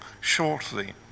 shortly